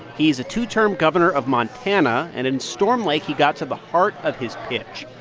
he is a two-term governor of montana, and in storm lake he got to the heart of his pitch.